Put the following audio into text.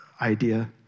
idea